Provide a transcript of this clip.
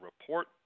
report